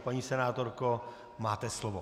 Paní senátorko, máte slovo.